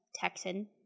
Texan